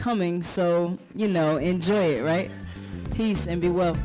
coming so you know enjoy right peace and be well